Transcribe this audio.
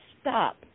stop